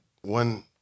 one